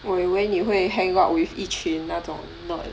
我以为你会 hang out with 一群那种 nerd